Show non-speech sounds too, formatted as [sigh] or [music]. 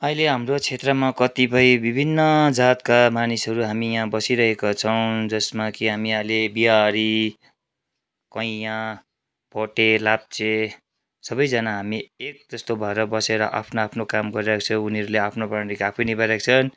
अहिले हाम्रो क्षेत्रमा कतिपय विभिन्न जातका मानिसहरू हामी यहाँ बसिरहेका छौँ जसमा कि हामी अहिले बिहारी कैँया भोटे लाप्चे सबैजना हामी एक जस्तो भएर बसेर आफ्नो आफ्नो काम गरिरहेको छ उनीहरूले आफ्नो [unintelligible] आफै निभाइरहेका छन्